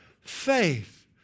faith